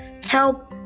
help